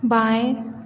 बाएँ